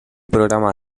programa